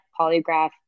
Polygraph